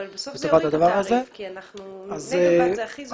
אבל בסוף זה יוריד את התעריף כי במגה וואט זה הכי זול.